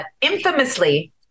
infamously